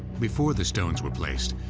before the stones were placed,